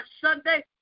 Sunday